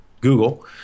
Google